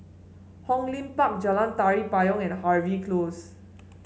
Hong Lim Park Jalan Tari Payong and Harvey Close